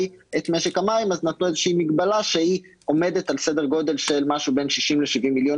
את משק המים אז נתנו איזו מגבלה שעומדת על משהו כמו 60-70 מיליון